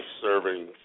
serving